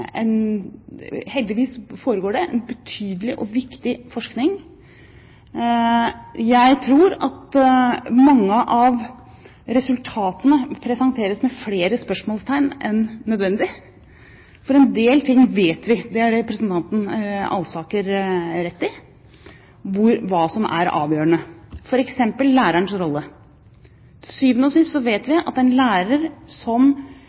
en betydelig og viktig forskning. Jeg tror at mange av resultatene presenteres med flere spørsmålstegn enn nødvendig, for en del ting vet vi – det har representanten Alsaker rett i – om hva som er avgjørende, f.eks. lærerens rolle. Til syvende og sist vet vi at det å ha en lærer som